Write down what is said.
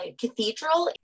Cathedral